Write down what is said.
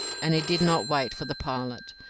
and he did not wait for the pilot,